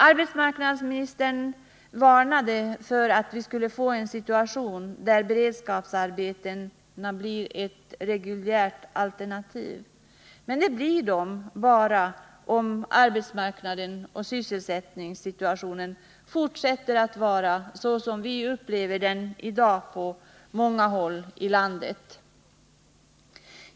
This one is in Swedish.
Arbetsmarknadsministern varnade för en situation där beredskapsarbetena skulle bli ett reguljärt alternativ. Men det blir de bara om arbetsmarknaden och sysselsättningssituationen fortsätter att vara såsom vi i dag upplever den på många håll i landet.